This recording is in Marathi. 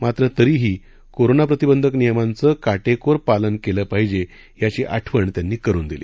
मात्र तरीही कोरोनाप्रतिंधक नियमांचं काटेकोर पालन केलं पाहिजे याची आठवण त्यांनी करून दिली